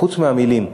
חוץ מהמילים.